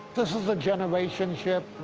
this is a generation ship,